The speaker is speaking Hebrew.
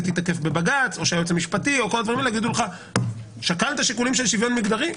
תיתקף בבג"ץ או כשהיועץ המשפטי האם שקלת שיקולים של שוויון מגדרי,